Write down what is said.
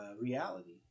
reality